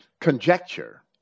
conjecture